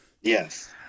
yes